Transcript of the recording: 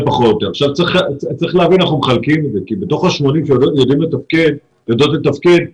צריך להבין איך אנחנו מחלקים את זה כי בתוך ה-80 אחוזים שיודעות לתפקד,